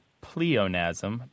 pleonasm